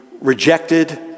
rejected